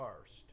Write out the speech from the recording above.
first